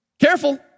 careful